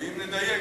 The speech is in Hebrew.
ואם נדייק,